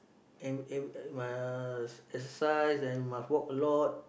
and and must exercise and must walk a lot